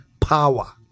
power